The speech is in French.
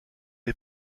est